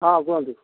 ହଁ କୁହନ୍ତୁ